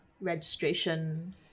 registration